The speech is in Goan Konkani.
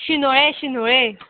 शिनोळें शिनोळें